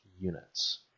units